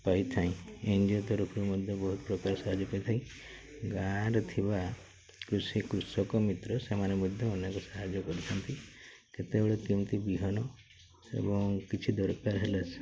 ପାଇଥାଏ N G O ତରଫରୁ ମଧ୍ୟ ବହୁତ ପ୍ରକାର ସାହାଯ୍ୟ ପାଇଥାଏ ଗାଁରେ ଥିବା କୃଷି କୃଷକ ମିତ୍ର ସେମାନେ ମଧ୍ୟ ଅନେକ ସାହାଯ୍ୟ କରିଥାନ୍ତି କେତେବେଳେ କେମିତି ବିହନ ଏବଂ କିଛି ଦରକାର ହେଲା